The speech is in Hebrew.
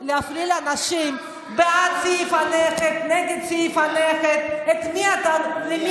ואסור, ראית מה הם עשו לי, כמעט הרגו אותי.